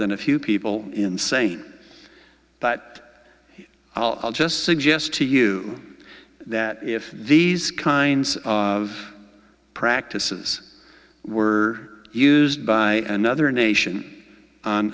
than a few people in saying that i'll just suggest to you that if these kinds of practices were used by another nation on